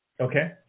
Okay